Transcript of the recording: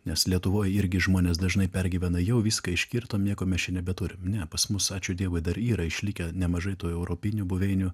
nes lietuvoj irgi žmonės dažnai pergyvena jau viską iškirtom nieko mes čia nebeturim ne pas mus ačiū dievui dar yra išlikę nemažai tų europinių buveinių